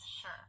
Sure